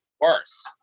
worse